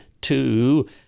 two